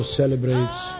celebrates